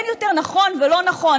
אין יותר נכון ולא נכון.